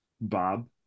Bob